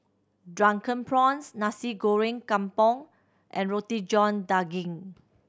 Drunken Prawns Nasi Goreng Kampung and Roti John Daging